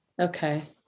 Okay